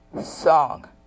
song